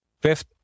fifth